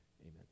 Amen